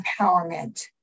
empowerment